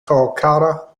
kolkata